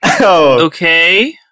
Okay